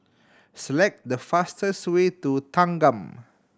select the fastest way to Thanggam